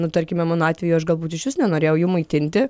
nu tarkime mano atveju aš galbūt išvis nenorėjau jų maitinti